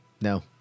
No